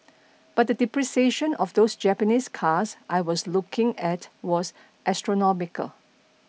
but the depreciation of those Japanese cars I was looking at was astronomical